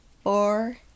four